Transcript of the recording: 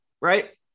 right